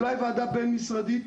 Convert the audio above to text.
אולי ועדה בין משרדית,